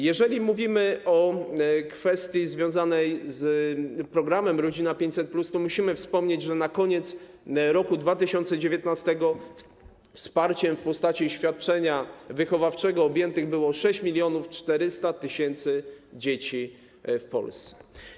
Jeżeli mówimy o kwestii związanej z programem „Rodzina 500+”, to musimy wspomnieć, że na koniec roku 2019 wsparciem w postaci świadczenia wychowawczego objętych zostało 6400 tys. dzieci w Polsce.